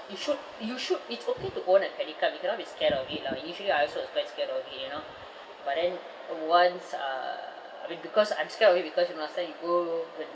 you should you should it's okay to own a credit card we cannot be scared of it lah initially I also is quite scared of you know but then once uh be~ because I'm scared of it because you know last time you go wh~